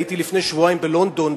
הייתי לפני שבועיים בלונדון,